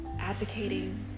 advocating